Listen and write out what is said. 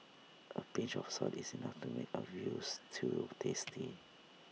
A pinch of salt is enough to make A Veal Stew tasty